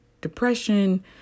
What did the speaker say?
depression